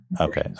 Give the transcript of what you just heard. Okay